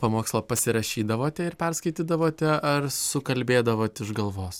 pamokslą pasirašydavote ir perskaitydavote ar sukalbėdavot iš galvos